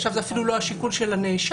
עכשיו זה אפילו לא השיקול של הנאשם,